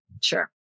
Sure